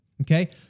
Okay